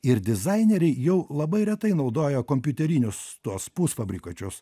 ir dizaineriai jau labai retai naudoja kompiuterinius tuos pusfabrikačius